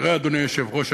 אדוני היושב-ראש,